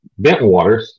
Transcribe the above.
Bentwaters